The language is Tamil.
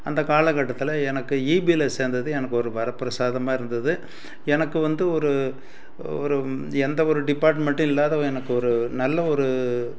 அந்த காலக்கட்டத்தில் எனக்கு இபியில சேர்ந்தது எனக்கு ஒரு வரப்பிரசாதமாக இருந்தது எனக்கு வந்து ஒரு ஒரு எந்த ஒரு டிப்பார்ட்மெண்ட்டும் இல்லாத எனக்கு ஒரு நல்ல ஒரு